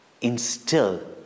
instill